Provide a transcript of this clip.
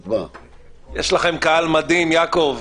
יש לכם קהל מדהים, יעקב.